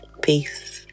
Peace